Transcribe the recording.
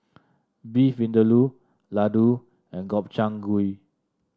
Beef Vindaloo Ladoo and Gobchang Gui